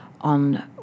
on